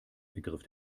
ergriff